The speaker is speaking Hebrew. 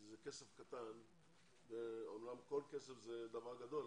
כי זה כסף קטן; זה אומנם כל כסף זה דבר גדול,